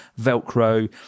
Velcro